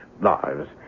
lives